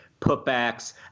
putbacks